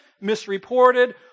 misreported